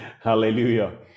Hallelujah